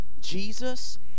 Jesus